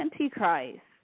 Antichrist